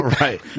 Right